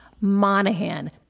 Monahan